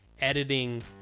editing